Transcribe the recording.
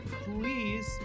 please